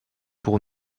pour